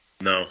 No